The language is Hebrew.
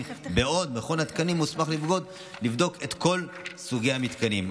בעוד מכון התקנים מוסמך לבדוק את כל סוגי המתקנים.